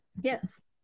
Yes